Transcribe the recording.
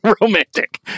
romantic